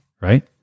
right